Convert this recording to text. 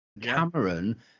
Cameron